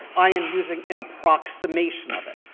i am using an approximation of it.